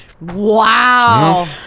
Wow